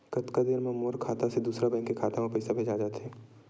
कतका देर मा मोर खाता से दूसरा बैंक के खाता मा पईसा भेजा जाथे?